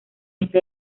este